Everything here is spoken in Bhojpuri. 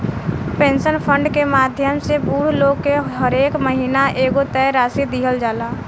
पेंशन फंड के माध्यम से बूढ़ लोग के हरेक महीना एगो तय राशि दीहल जाला